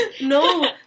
No